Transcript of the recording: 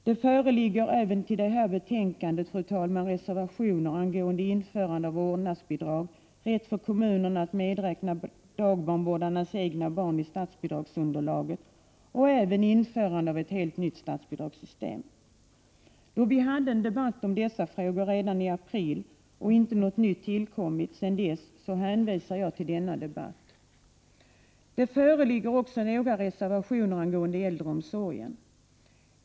Det föreligger även till detta betänkande, fru talman, reservationer angående införande av vårdnadsbidrag, rätt för kommunerna att medräkna dagbarnvårdarnas egna barn i statsbidragsunderlaget och även införande av ett helt nytt statsbidragssystem. Då vi hade en debatt om dessa frågor redan i april och inte något nytt tillkommit sedan dess, hänvisar jag till denna debatt. Det föreligger också några reservationer angående äldreomsorgen.